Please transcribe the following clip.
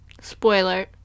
Spoiler